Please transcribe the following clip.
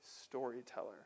storyteller